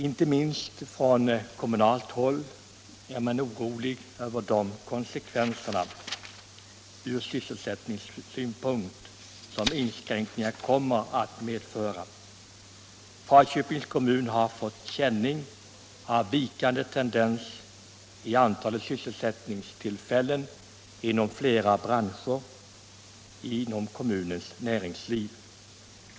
Inte minst på kommunalt håll är man orolig över de konsekvenser ur sysselsättningssynpunkt som inskränkningarna kommer att medföra. Falköpings kommun har redan fått känning av vikande tendenser i antalet sysselsättningstillfällen inom flera branscher inom kommunens näringsliv.